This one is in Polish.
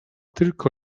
tylko